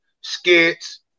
skits